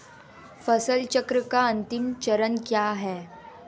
फसल चक्र का अंतिम चरण क्या है?